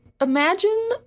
Imagine